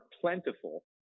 plentiful